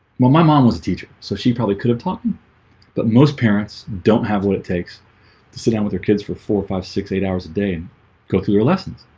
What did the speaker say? my mom was a teacher so she probably could have taught me but most parents don't have what it takes to sit down with their kids for four or five six eight hours a day and go through your lessons